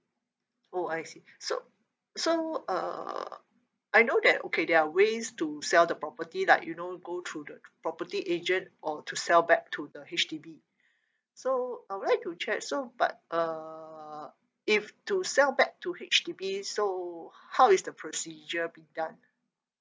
oh I see so so uh I know that okay there are ways to sell the property like you know go through the property agent or to sell back to the H_D_B so I would like to check so but uh if to sell back to H_D_B so how is the procedure being done